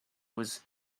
was